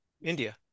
India